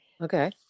Okay